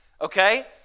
okay